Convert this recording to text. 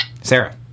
Sarah